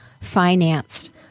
financed